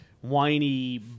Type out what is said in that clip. whiny